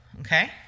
okay